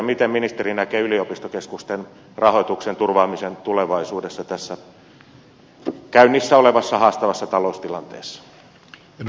miten ministeri näkee yliopistokeskusten rahoituksen turvaamisen tulevaisuudessa tässä käynnissä olevassa haastavassa taloustilanteessa